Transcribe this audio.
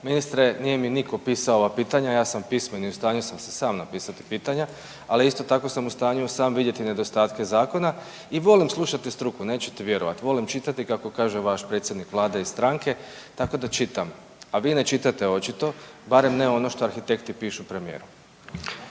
Ministre nije mi nitko pisao ova pitanja, ja sam pismen i u stanju sam si sam napisati pitanja, ali isto tako sam u stanju i sam vidjeti nedostatke zakona i volim slušati struku. Nećete vjerovati. Volim čitati kako kaže vaš predsjednik Vlade iz stranke, tako da čitam. A vi ne čitate očito, barem ne ono što arhitekti pišu premijeru.